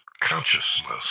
consciousness